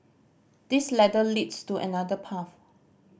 this ladder leads to another path